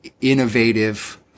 innovative